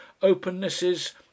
opennesses